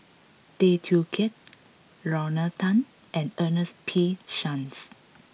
Tay Teow Kiat Lorna Tan and Ernest P Shanks